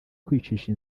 kwiyicisha